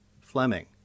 Fleming